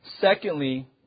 Secondly